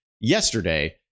yesterday